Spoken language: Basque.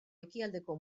ekialdeko